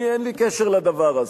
אני, אין לי קשר לדבר הזה.